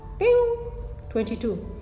22